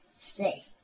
Stay